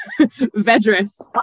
vedris